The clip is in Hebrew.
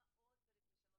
מה עוד צריך לשנות.